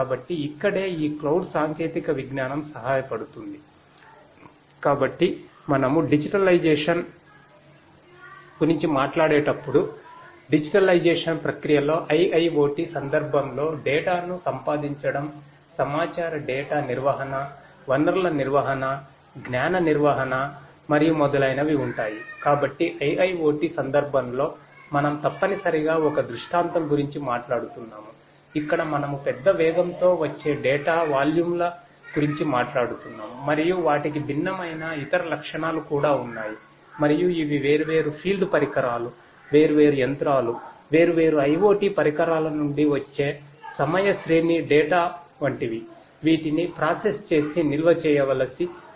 కాబట్టి మనము డిజిటలైజేషన్ చేసి నిల్వ చేయవలసి ఉంటుంది